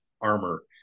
armor